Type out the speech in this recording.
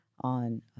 on